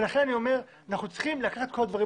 לכן אני אומר שאת כל הדברים האלה אנחנו צריכים לקחת בחשבון.